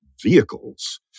vehicles